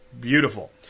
beautiful